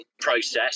process